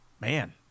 Man